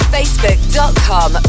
Facebook.com